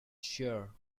sure